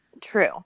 true